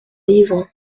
livre